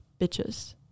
bitches